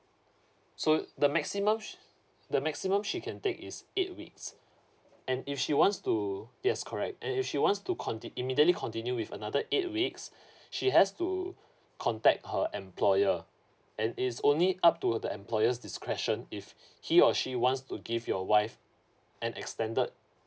so the maximum the maximum she can take is eight weeks and if she wants to yes correct and if she wants to conti~ immediately continue with another eight weeks she has to contact her employer and it's only up to the employers discretion if he or she wants to give your wife an extended